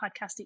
podcasting